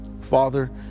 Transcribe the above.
Father